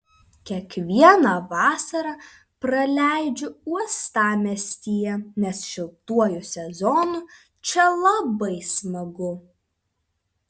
kiekvieną vasarą praleidžiu uostamiestyje nes šiltuoju sezonu čia labai smagu